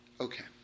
Okay